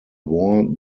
war